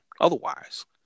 otherwise